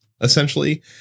essentially